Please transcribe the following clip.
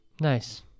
Nice